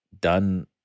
done